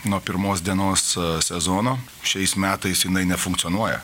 nuo pirmos dienos sezono šiais metais jinai nefunkcionuoja